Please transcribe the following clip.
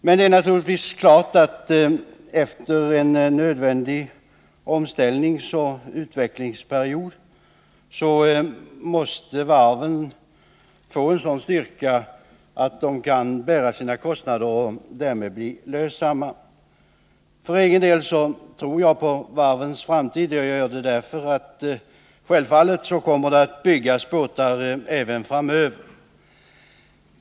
Men det är naturligtvis klart att efter en nödvändig omställningsoch utvecklingsperiod så måste varven få en sådan styrka att de kan bära sina kostnader och bli lönsamma. För egen del tror jag på varvens framtid. Självfallet kommer det att byggas båtar även framöver.